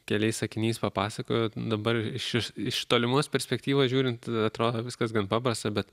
keliais sakiniais papasakojo dabar šis iš tolimos perspektyvos žiūrint atrodo viskas gan paprasta bet